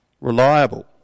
Reliable